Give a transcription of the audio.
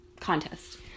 contest